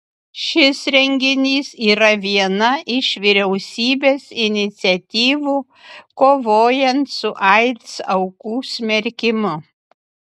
šis renginys yra viena iš vyriausybės iniciatyvų kovojant su aids aukų smerkimu